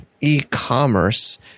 e-commerce